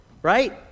right